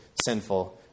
sinful